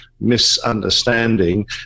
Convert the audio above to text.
misunderstanding